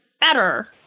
better